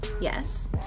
yes